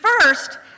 first